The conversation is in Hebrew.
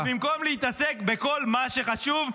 -- ובמקום להתעסק בכל מה שחשוב.